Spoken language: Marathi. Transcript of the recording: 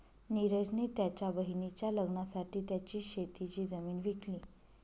निरज ने त्याच्या बहिणीच्या लग्नासाठी त्याची शेतीची जमीन विकली